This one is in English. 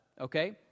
okay